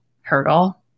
hurdle